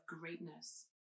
greatness